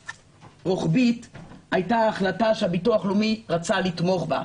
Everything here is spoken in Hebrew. רוחבית הייתה החלטה שהביטוח הלאומי רצה לתמוך בה.